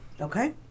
okay